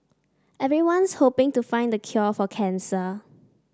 everyone's hoping to find the cure for cancer